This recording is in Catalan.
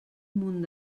munt